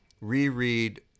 reread